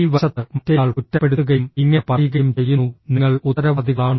ഈ വശത്ത് മറ്റേയാൾ കുറ്റപ്പെടുത്തുകയും ഇങ്ങനെ പറയുകയും ചെയ്യുന്നുഃ നിങ്ങൾ ഉത്തരവാദികളാണ്